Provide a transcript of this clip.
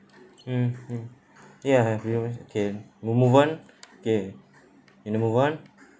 mm mm ya I have loans okay we'll move on okay you want to move on